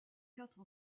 quatre